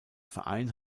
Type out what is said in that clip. verein